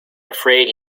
afraid